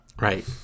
Right